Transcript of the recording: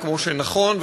וכמו שנכון,